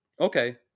okay